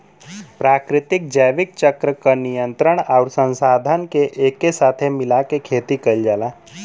प्राकृतिक जैविक चक्र क नियंत्रण आउर संसाधन के एके साथे मिला के खेती कईल जाला